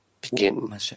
begin